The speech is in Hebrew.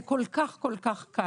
זה כל כך קל.